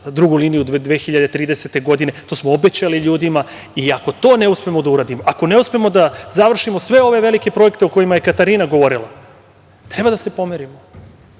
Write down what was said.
drugu liniju 2030. godine. To smo obećali ljudima i ako to ne uspemo da uradimo, ako ne uspemo da završimo sve ove velike projekte o kojima je Katarina govorila, treba da se pomerimo.